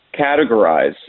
categorize